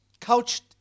couched